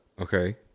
Okay